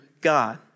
God